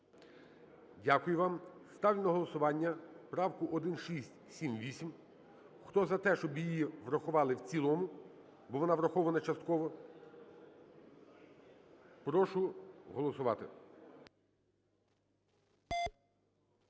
Дякую вам. Ставлю на голосування правку 1678. Хто за те, щоб її врахували в цілому, бо вона врахована частково, прошу голосувати.